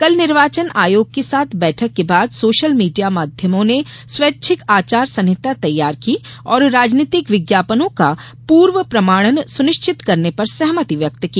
कल निर्वाचन आयोग के साथ बैठक के बाद सोशल मीडिया माध्यमों ने स्वैच्छिक आचार संहिता तैयार की और राजनीतिक विज्ञापनों का पुर्व प्रमाणन सुनिश्चित करने पर सहमति व्यक्त की